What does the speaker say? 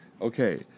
Okay